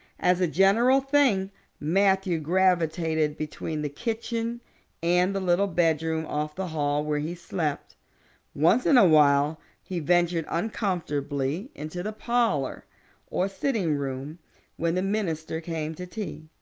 as a general thing matthew gravitated between the kitchen and the little bedroom off the hall where he slept once in a while he ventured uncomfortably into the parlor or sitting room when the minister came to tea.